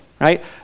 right